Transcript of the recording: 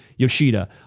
Yoshida